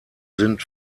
sind